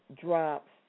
drops